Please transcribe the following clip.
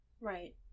Right